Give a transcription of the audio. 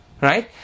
right